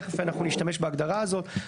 תכף אנחנו נשתמש בהגדרה הזאת.